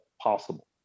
possible